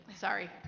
Sorry